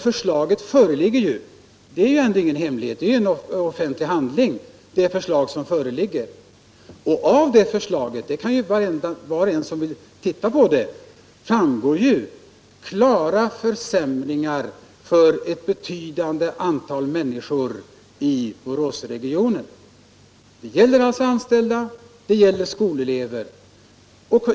Förslaget föreligger ju — det är ingen hemlighet, eftersom det är en offentlig handling. Av förslaget — det kan var och en konstatera som vill titta på det — framgår att det blir klara försämringar för ett betydande antal människor i Boråsregionen. Det gäller alltså anställda, och det gäller skolelever.